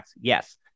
Yes